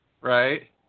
Right